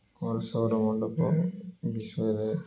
ଓ ସୌରମଣ୍ଡଳ ବିଷୟରେ